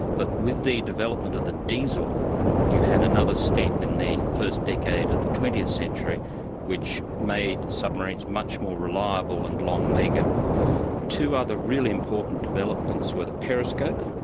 but with the development of the diesel you had another step in the first decade of the twentieth century which made submarines much more reliable and long-legged. and two other really important developments were the periscope,